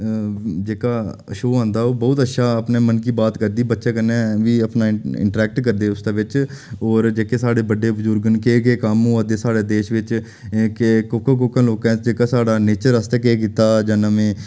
जेह्का शोऽ औंदा ओह् बहुत अच्छा अपने मन की बात करदी बच्चें कन्नै बी अपना इंटरैक्ट करदे उस दे बिच होर जेह्के साढ़े बड्डे बजुर्ग न केह् केह् कम्म होआ दे साढ़े देश बिच कि कोह्के कोह्के लोकें जेह्का साढ़ा नेच्चर आस्तै केह् कीता जां नमें